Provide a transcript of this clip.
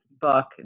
book